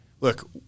look